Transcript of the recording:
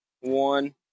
one